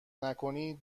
نکنی